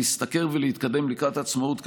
להשתכר ולהתקדם לקראת עצמאות כלכלית.